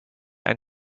ein